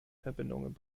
verbindung